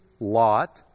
lot